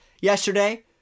yesterday